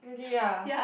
really ah